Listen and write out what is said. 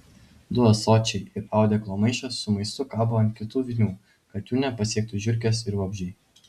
du ąsočiai ir audeklo maišas su maistu kabo ant kitų vinių kad jų nepasiektų žiurkės ir vabzdžiai